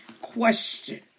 question